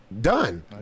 done